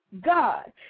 God